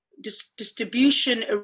distribution